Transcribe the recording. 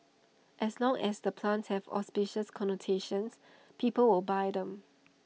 as long as the plants have auspicious connotations people will buy them